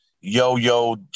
Yo-Yo